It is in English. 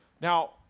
Now